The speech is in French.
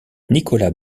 nicolas